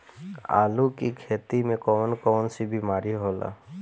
आलू की खेती में कौन कौन सी बीमारी होला?